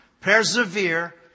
persevere